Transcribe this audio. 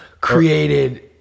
created